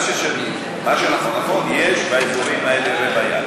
מה שנכון נכון, יש באזורים האלה רוויה.